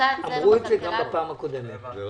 אמרו את זה גם בפעם הקודמת.